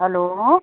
hello